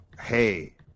hey